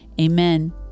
Amen